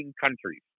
countries